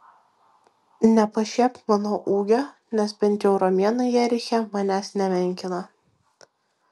nepašiepk mano ūgio nes bent jau romėnai jeriche manęs nemenkina